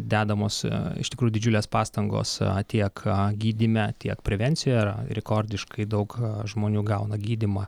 dedamos iš tikrųjų didžiulės pastangos tiek gydyme tiek prevencijoje rekordiškai daug žmonių gauna gydymą